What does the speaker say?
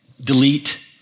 delete